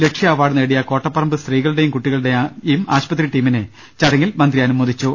ലക്ഷ്യ award നേടീയ കോട്ടപ്പറമ്പ് സ്ത്രീകളുടെയും കുട്ടികളുടെയും ആശുപത്രി ടീമിനെ ചടങ്ങിൽ മന്ത്രി അനുമോദിച്ചു